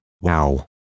wow